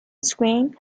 screen